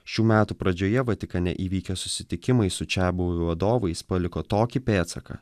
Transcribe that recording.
šių metų pradžioje vatikane įvykę susitikimai su čiabuvių vadovais paliko tokį pėdsaką